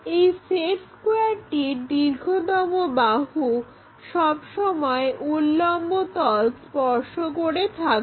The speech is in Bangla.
এই সেট স্কোয়্যারটির দীর্ঘতম বাহু সবসময় উল্লম্ব তল স্পর্শ করে থাকবে